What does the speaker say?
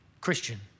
Christian